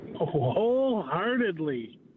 Wholeheartedly